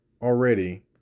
already